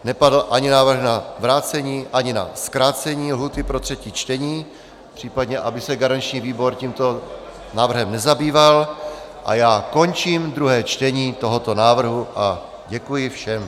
Nepadl ani návrh na vrácení, ani na zkrácení lhůty pro třetí čtení, případně aby se garanční výbor tímto návrhem nezabýval, a já končím druhé čtení tohoto návrhu a děkuji všem.